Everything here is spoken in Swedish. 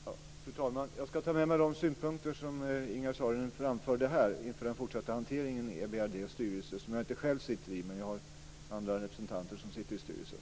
Fru talman! Jag ska ta med mig de synpunkter som Ingegerd Saarinen här framfört inför den fortsatta hanteringen i EBRD:s styrelse. Jag sitter inte själv i styrelsen, men jag har representanter i den.